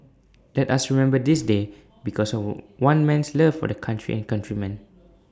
let us remember this day because of one man's love for the country and countrymen